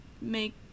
make